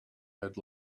had